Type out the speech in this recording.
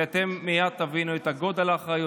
ואתם מייד תבינו את גודל האחריות,